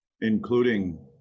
including